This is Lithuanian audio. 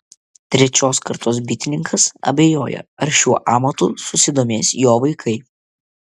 trečios kartos bitininkas abejoja ar šiuo amatu susidomės jo vaikai